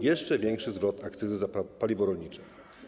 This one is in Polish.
Jeszcze większy zwrot akcyzy za paliwo rolnicze.